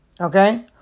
okay